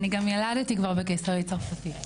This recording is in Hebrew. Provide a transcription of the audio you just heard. ילדתי כבר בקיסרי צרפתי.